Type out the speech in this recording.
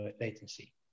latency